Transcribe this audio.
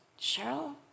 Cheryl